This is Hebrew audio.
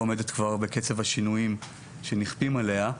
עומדת כבר בקצב השינויים שנכפים עליה,